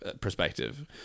perspective